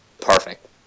perfect